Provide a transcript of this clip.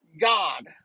God